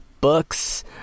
books